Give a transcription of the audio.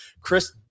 chris